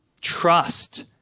trust